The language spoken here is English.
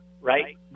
right